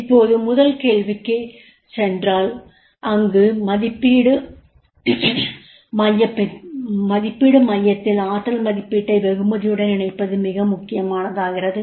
இப்போது முதல் கேள்விக்குச் சென்றால் அங்கு மதிப்பீட்டு மையத்தில் ஆற்றல் மதிப்பீட்டை வெகுமதியுடன் இணைப்பது மிக முக்கியமானதாகிறது